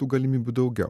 tų galimybių daugiau